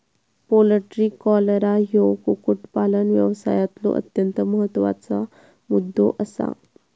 poultry cholera ह्यो कुक्कुटपालन व्यवसायातलो अत्यंत महत्त्वाचा मुद्दो आसा